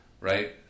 Right